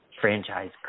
franchise